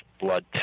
blood